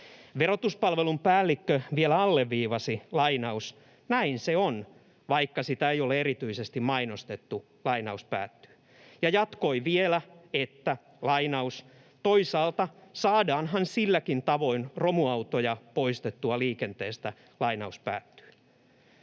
Verotuspalvelun päällikkö vielä alleviivasi: ”Näin se on, vaikka sitä ei ole erityisesti mainostettu.” Hän jatkoi vielä, että ”toisaalta saadaanhan silläkin tavoin romuautoja poistettua liikenteestä”. Marinin hallitus